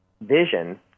vision